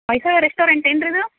Hoysala restaurant ಏನು ರೀ ಇದು